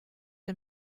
dem